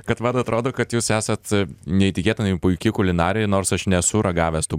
kad man atrodo kad jūs esat neįtikėtinai puiki kulinarė nors aš nesu ragavęs tų